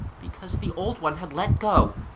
because the old one had let go,